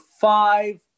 five